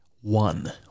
one